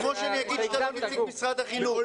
זה כמו שאני אגיד שאתה לא נציג משרד החינוך.